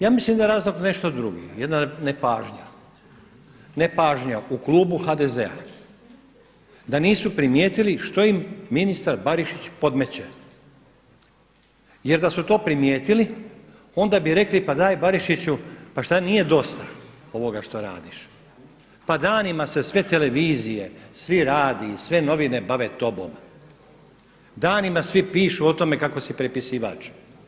Ja mislim da je razlog nešto drugo, jedna nepažnja, nepažnja u Klubu HDZ-a da nisu primijetili što im ministar Barišić podmeće jer da su to primijetili onda bi rekli pa daj Barišiću pa šta nije dosta ovoga što radiš, pa danima se sve televizije, svi radiji, sve novine bave tobom, danima svi pišu o tome kako si prepisivač.